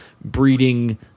breeding